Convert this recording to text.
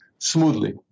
smoothly